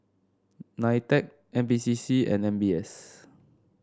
Nitec N P C C and M B S